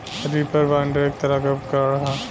reaper binder एक तरह के उपकरण ह